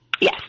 Yes